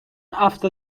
after